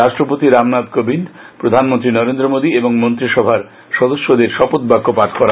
রাষ্টপতি রামনাথ কোবিন্দ প্রধানমন্ত্রী নরেন্দ্র মোদি ও মন্ত্রিসভার সদস্যদের শপথ বাক্য পাঠ করাবেন